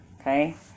Okay